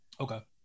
Okay